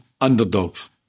underdogs